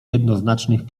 jednoznacznych